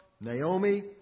Naomi